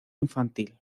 infantil